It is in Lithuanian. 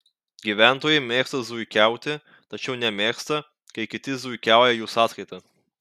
gyventojai mėgsta zuikiauti tačiau nemėgsta kai kiti zuikiauja jų sąskaita